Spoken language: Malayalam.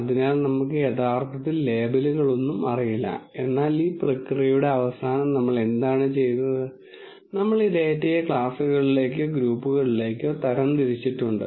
അതിനാൽ നമുക്ക് യഥാർത്ഥത്തിൽ ലേബലുകളൊന്നും അറിയില്ല എന്നാൽ ഈ പ്രക്രിയയുടെ അവസാനം നമ്മൾ എന്താണ് ചെയ്തത് നമ്മൾ ഈ ഡാറ്റയെ ക്ലാസുകളിലേക്കോ ഗ്രൂപ്പുകളിലേക്കോ തരംതിരിച്ചിട്ടുണ്ട്